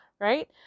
right